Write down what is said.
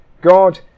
God